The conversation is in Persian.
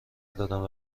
دارند